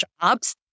jobs